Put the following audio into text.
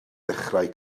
dechrau